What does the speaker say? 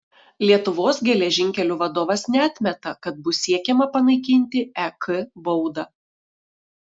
lietuvos geležinkelių vadovas neatmeta kad bus siekiama panaikinti ek baudą